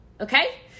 Okay